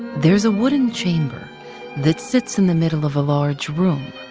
there's a wooden chamber that sits in the middle of a large room,